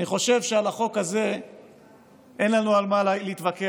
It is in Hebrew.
אני חושב שעל החוק הזה אין לנו על מה להתווכח,